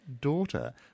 daughter